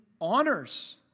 honors